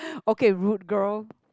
okay rude girl